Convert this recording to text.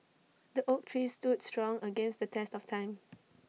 the oak tree stood strong against the test of time